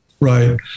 Right